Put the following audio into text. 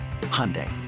Hyundai